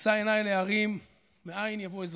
אשא עיני אל ההרים מאין יבא עזרי.